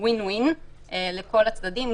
זה מצב שהוא win-win לכל הצדדים,